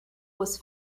was